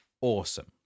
awesome